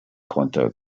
konnte